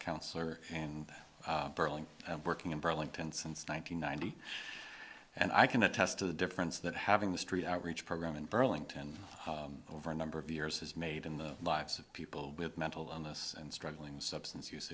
counselor and burling and working in burlington since one nine hundred ninety and i can attest to the difference that having the street outreach program in burlington over a number of years has made in the lives of people with mental illness and struggling with substance abuse